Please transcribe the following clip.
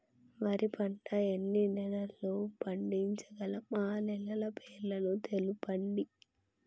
వరి పంట ఎన్ని నెలల్లో పండించగలం ఆ నెలల పేర్లను తెలుపండి?